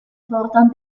fortan